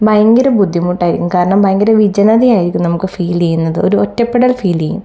ഭയങ്കര ബുദ്ധിമുട്ടായിരിക്കും കാരണം ഭയങ്കര വിജനതയായിരിക്കും നമുക്ക് ഫീൽ ചെയ്യുന്നത് ഒരു ഒറ്റപ്പെടൽ ഫീൽ ചെയ്യും